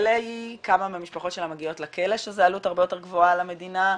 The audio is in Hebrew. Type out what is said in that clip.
כמה מהמשפחות מגיעות לכלא שזה עלות הרבה יותר גבוהה למדינה,